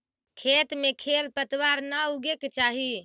खेत में खेर पतवार न उगे के चाही